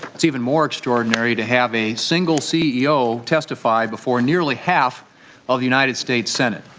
it's even more extraordinary to have a single ceo testify before nearly half of the united states senate.